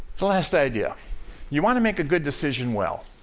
the last idea you want to make a good decision well.